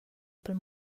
pel